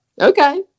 okay